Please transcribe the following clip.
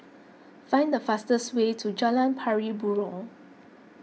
find the fastest way to Jalan Pari Burong